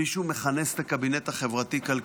מישהו מכנס את הקבינט החברתי-כלכלי?